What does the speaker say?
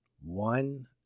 One